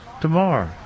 tomorrow